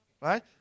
right